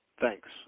Thanks